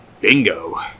Bingo